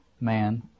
man